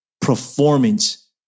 performance